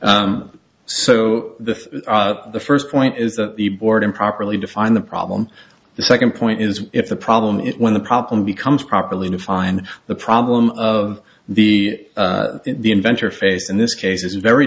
so the first point is that the board improperly defined the problem the second point is if the problem is when the problem becomes properly defined the problem of the the inventor face in this case is very